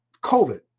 COVID